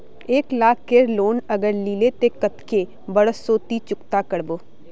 एक लाख केर लोन अगर लिलो ते कतेक कै बरश सोत ती चुकता करबो?